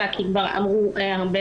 לקצר בדבריי כי כבר אמרו הרבה